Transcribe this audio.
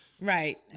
Right